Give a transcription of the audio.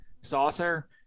saucer